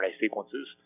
sequences